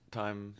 time